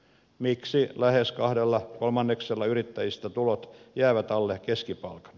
miksi lähes kahdella kolmanneksella yrittäjistä tulot jäävät alle keskipalkan